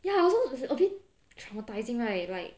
ya I also a bit traumatizing right like